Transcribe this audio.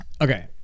Okay